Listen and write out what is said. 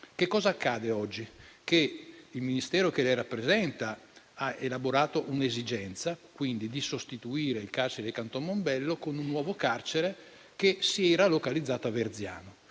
oggi accade che il Ministero che lei rappresenta ha elaborato l'esigenza di sostituire il carcere di Canton Mombello con un nuovo carcere che si era localizzato a Verziano,